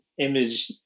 image